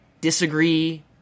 Disagree